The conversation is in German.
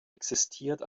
existiert